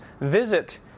visit